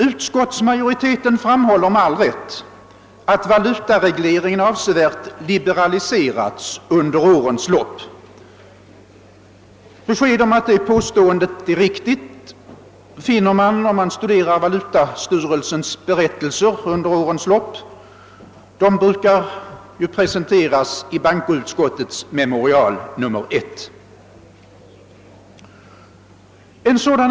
Utskottsmajoriteten framhåller med all rätt, att valutaregleringen avsevärt liberaliserats under årens lopp. Belägg för att detta påstående är riktigt finner man om man studerar valutastyrelsens berättelser, som ju årligen presenteras i bankoutskottets memorial nr 1.